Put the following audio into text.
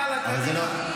יאללה, קדימה.